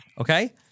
okay